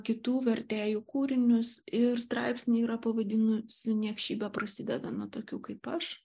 kitų vertėjų kūrinius ir straipsnį yra pavadinusi niekšybė prasideda nuo tokių kaip aš